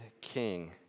King